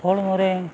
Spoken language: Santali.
ᱦᱚᱲᱢᱚ ᱨᱮ